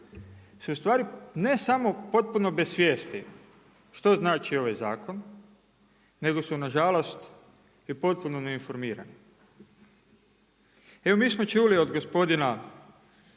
su ustvari ne samo potpuno bez svijesti, što znači ovaj zakon, nego su nažalost, i potpuno neinformirani. Evo mi smo čuli od gospodina